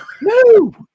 No